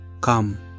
come